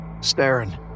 Staring